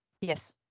Yes